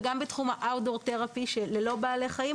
וגם בתחום הטיפול בחוץ ללא בעלי חיים,